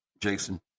Jason